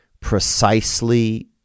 precisely